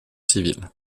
civil